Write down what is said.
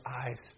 eyes